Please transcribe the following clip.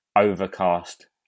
overcast